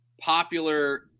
popular